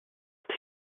ist